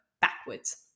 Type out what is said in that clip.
backwards